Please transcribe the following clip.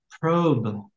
probe